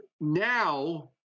Now